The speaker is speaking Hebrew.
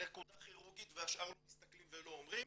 נקודה כירורגית והשאר לא מסתכלים ולא אומרים,